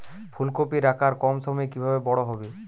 ফুলকপির আকার কম সময়ে কিভাবে বড় হবে?